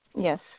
Yes